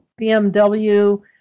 BMW